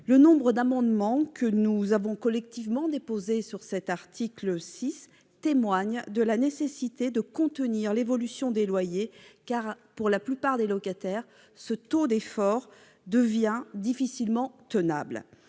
Le nombre d'amendements que nous avons collectivement déposés sur cet article 6 témoigne de la nécessité de contenir l'évolution des loyers. Pour la plupart des locataires, ce taux d'effort devient difficilement tenable.